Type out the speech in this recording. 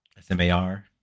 SMAR